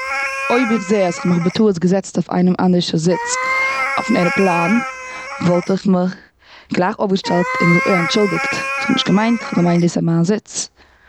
אויב איך זעה אז כ'האב בטעות מיך געזעצט אויף איינעם אנדערש'ס זיץ, אויפן עראפלאן. וואלט מיך גלייך אויף געשטעלט און געזאגט: אוי אנטשולדיגט כ'האב נישט געמיינט, כ'האב געמיינט דאס איז מיין זיץ.